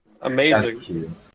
Amazing